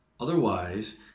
Otherwise